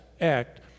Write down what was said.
act